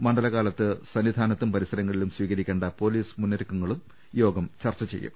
മണ്ഡലകാലത്ത് സന്നിധാനത്തും പരിസരങ്ങളിലും സ്വീകരിക്കേണ്ട പൊലീസ് മുന്നൊരുക്കങ്ങളും യോഗം ചർച്ച ചെയ്യും